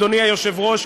אדוני היושב-ראש,